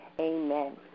Amen